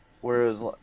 whereas